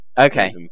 Okay